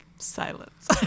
Silence